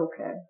okay